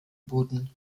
booten